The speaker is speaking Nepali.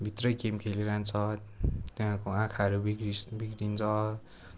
भित्रै गेम खेलिरहन्छ तिनीहरूको आँखाहरू बिग्रिस बिग्रन्छ